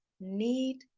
need